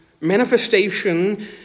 manifestation